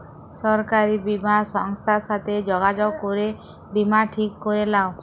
সরকারি বীমা সংস্থার সাথে যগাযগ করে বীমা ঠিক ক্যরে লাও